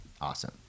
awesome